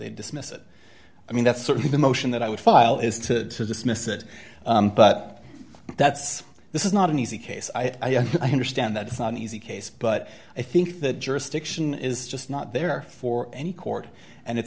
they dismiss it i mean that's sort of the motion that i would file is to dismiss it but that's this is not an easy case i understand that it's not an easy case but i think that jurisdiction is just not there for any court and it's